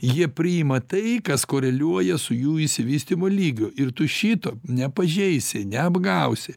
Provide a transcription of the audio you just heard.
jie priima tai kas koreliuoja su jų išsivystymo lygiu ir tu šito nepažeisi neapgausi